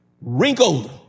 wrinkled